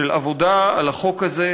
של עבודה על החוק הזה,